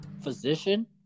physician